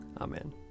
Amen